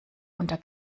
unter